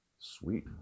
Sweet